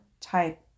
type